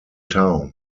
town